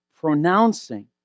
pronouncing